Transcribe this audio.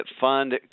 fund